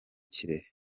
kirehe